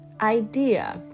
Idea